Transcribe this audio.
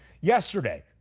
yesterday